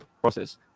process